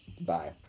Bye